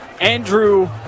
Andrew